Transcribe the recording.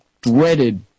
dreaded